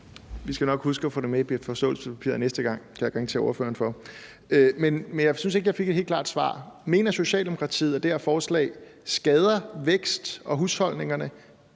Vi skal nok huske at få det med i forståelsespapiret næste gang. Det kan jeg garantere ordføreren for. Men jeg synes ikke, at jeg fik et helt klart svar. Mener Socialdemokratiet at det her forslag skader væksten og husholdningerne,